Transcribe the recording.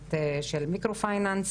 תוכנית של מיקרו פייננס,